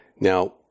Now